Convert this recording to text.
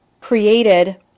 created